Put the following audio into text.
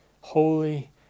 holy